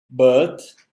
but